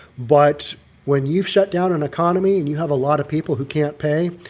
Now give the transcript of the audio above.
but when you've shut down an economy and you have a lot of people who can't pay,